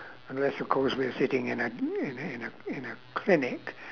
unless of course we are sitting in a in a in a in a clinic